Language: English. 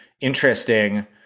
interesting